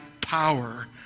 power